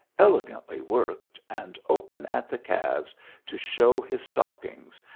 elegantly worked and open at the calves to show his stockings,